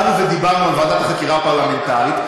באנו ודיברנו על ועדת החקירה הפרלמנטרית,